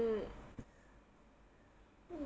mm